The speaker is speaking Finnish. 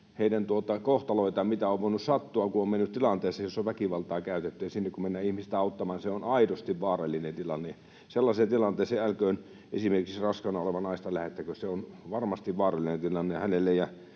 heidän kohtaloita, mitä on voinut sattua, kun on mennyt tilanteeseen, jossa on väkivaltaa käytetty. Sinne kun menee ihmistä auttamaan, niin se on aidosti vaarallinen tilanne. Sellaiseen tilanteeseen älköön esimerkiksi raskaana olevaa naista lähetettäkö. Se on varmasti vaarallinen tilanne hänelle